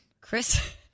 Chris